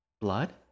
Blood